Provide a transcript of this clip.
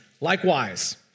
likewise